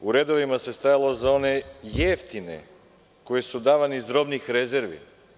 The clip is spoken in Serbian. U redovima se stajalo za one jeftine, koji su davani iz robnih rezervi.